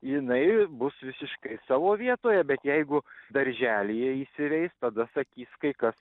jinai bus visiškai savo vietoje bet jeigu darželyje įsiveis tada sakys kai kas